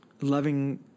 Loving